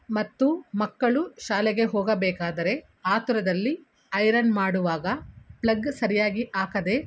ಮತ್ತು ಮಕ್ಕಳು ಶಾಲೆಗೆ ಹೋಗಬೇಕಾದರೆ ಆತುರದಲ್ಲಿ ಐರನ್ ಮಾಡುವಾಗ ಪ್ಲಗ್ ಸರಿಯಾಗಿ ಹಾಕದೆ